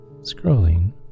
scrolling